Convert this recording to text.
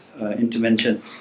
intervention